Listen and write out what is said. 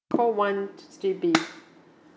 call one H_D_B